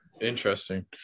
Interesting